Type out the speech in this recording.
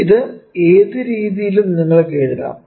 ഇത് ഏതു രീതിയിലും നിങ്ങൾക്ക് എഴുതാം